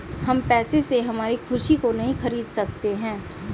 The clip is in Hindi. हम पैसे से हमारी खुशी को नहीं खरीदा सकते है